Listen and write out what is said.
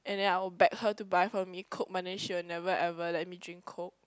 and then I will beg her to buy for me coke but then she will never ever let me drink coke